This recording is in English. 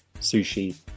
sushi